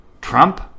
Trump